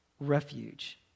refuge